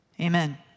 Amen